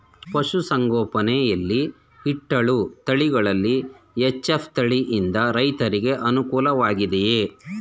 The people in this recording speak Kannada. ಪಶು ಸಂಗೋಪನೆ ಯಲ್ಲಿ ಇಟ್ಟಳು ತಳಿಗಳಲ್ಲಿ ಎಚ್.ಎಫ್ ತಳಿ ಯಿಂದ ರೈತರಿಗೆ ಅನುಕೂಲ ವಾಗಿದೆಯೇ?